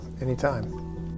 anytime